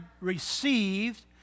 received